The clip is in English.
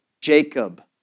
Jacob